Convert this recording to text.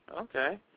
okay